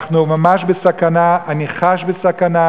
אנחנו ממש בסכנה, אני חש בסכנה,